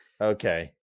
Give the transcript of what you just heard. okay